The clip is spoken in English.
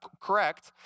Correct